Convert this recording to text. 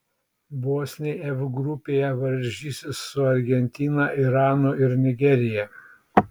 bosniai f grupėje varžysis su argentina iranu ir nigerija